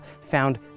found